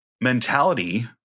mentality